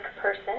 person